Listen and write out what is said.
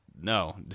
no